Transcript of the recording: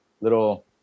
little